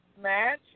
Match